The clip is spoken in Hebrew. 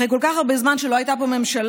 אחרי כל כך הרבה זמן שלא הייתה פה ממשלה,